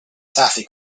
toffee